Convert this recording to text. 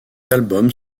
albums